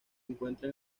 encuentra